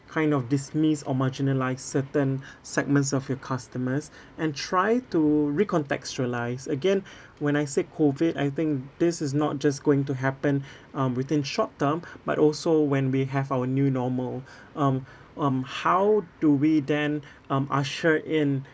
kind of dismiss or marginalise certain segments of your customers and try to recontextualise again when I said COVID I think this is not just going to happen um within short term but also when we have our new normal um um how do we then um usher in